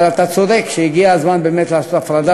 אבל אתה צודק שהגיע הזמן באמת לעשות הפרדה